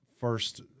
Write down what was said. first